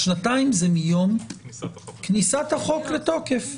השנתיים זה מיום כנסת החוק לתוקף.